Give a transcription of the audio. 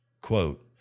Quote